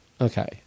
Okay